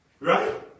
Right